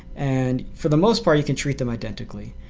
and for the most part you can treat them identically.